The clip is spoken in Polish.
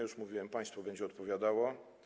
Już mówiłem: państwo będzie odpowiadało.